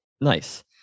Nice